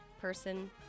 person